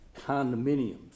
condominiums